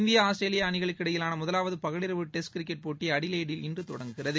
India Australia அணிகளுக்கு இடையிலான முதலாவது பகலிரவு டெஸ்ட் கிரிக்கெட் போட்டி அடிலெய்டில் இன்று தொடங்குகிறது